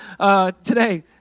Today